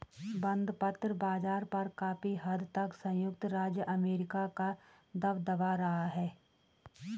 बंधपत्र बाज़ार पर काफी हद तक संयुक्त राज्य अमेरिका का दबदबा रहा है